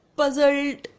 puzzled